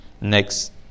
next